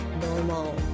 normal